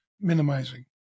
minimizing